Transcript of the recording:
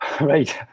Right